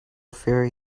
ferry